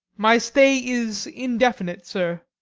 my stay is indefinite, sir.